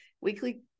weekly